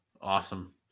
Awesome